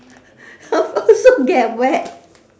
of course will get wet